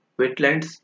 wetlands